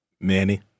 Manny